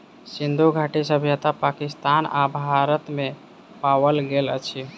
सिंधु घाटी सभ्यता पाकिस्तान आ भारत में पाओल गेल अछि